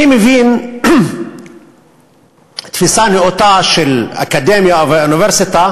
אני מבין תפיסה נאותה של אקדמיה ואוניברסיטה,